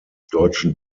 deutschen